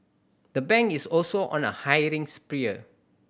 the bank is also on a hiring spree